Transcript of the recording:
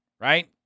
right